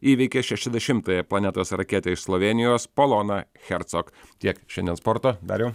įveikė šešiasdešimtąją planetos raketę iš slovėnijos poloną chercok tiek šiandien sporto dariau